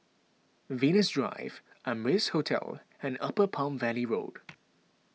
Venus Drive Amrise Hotel and Upper Palm Valley Road